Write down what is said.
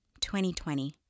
2020